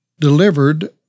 delivered